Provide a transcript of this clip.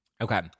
okay